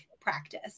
practice